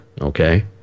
okay